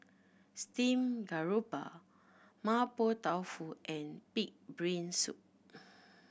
steamed garoupa Mapo Tofu and pig brain soup